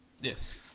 Yes